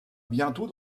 bientôt